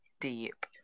deep